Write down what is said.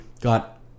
got